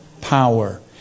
power